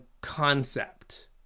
concept